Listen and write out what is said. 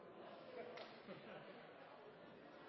Då er